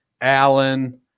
Allen